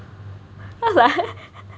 so I was like